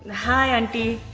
hi, auntie.